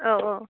औ औ